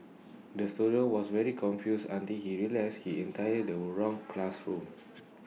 the student was very confused until he realised he entered the wrong classroom